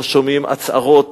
לא שומעים הצהרות